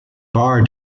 barr